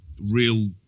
real